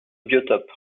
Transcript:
biotope